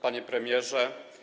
Panie Premierze!